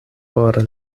por